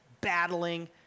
battling